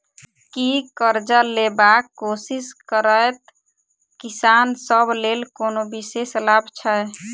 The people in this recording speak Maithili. की करजा लेबाक कोशिश करैत किसान सब लेल कोनो विशेष लाभ छै?